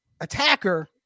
attacker